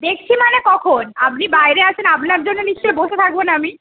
দেখছি মানে কখন আপনি বাইরে আছেন আপনার জন্য নিশ্চয়ই বসে থাকব না আমি